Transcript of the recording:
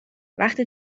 وقتی